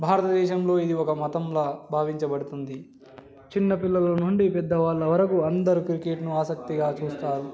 భారతదేశంలో ఇది ఒక మతంలాగ భావించబడుతుంది చిన్నపిల్లల నుండి పెద్దవాళ్ళ వరకు అందరూ క్రికెట్ను ఆసక్తిగా చూస్తారు